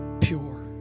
pure